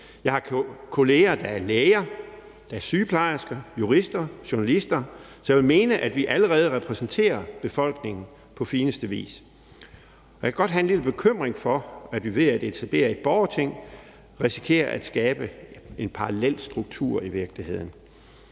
Jeg har kolleger, der er læger, der er sygeplejersker, jurister og journalister. Så jeg vil mene, at vi allerede repræsenterer befolkningen på fineste vis, og jeg kan godt have en lille bekymring for, at vi ved at etablere et borgerting i virkeligheden risikerer at skabe en parallelstruktur – en